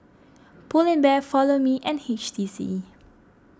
Pull Bear Follow Me and H T C